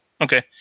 Okay